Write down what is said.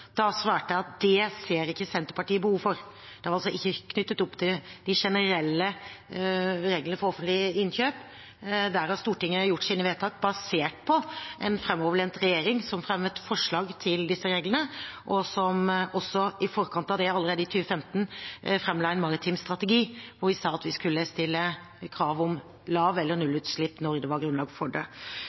Da svarte jeg at det ser ikke Senterpartiet behov for. Det var altså ikke knyttet opp til de generelle reglene for offentlig innkjøp. Der har Stortinget gjort sine vedtak – basert på en framoverlent regjering, som fremmet forslag til disse reglene, og som også i forkant av det, allerede i 2015, framla en maritim strategi hvor vi sa at vi skulle stille krav om lav- eller nullutslipp når det var grunnlag for det.